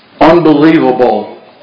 Unbelievable